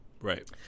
right